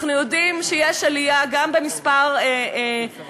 אנחנו יודעים שיש עלייה גם במספר הסטודנטים